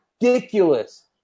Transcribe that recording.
ridiculous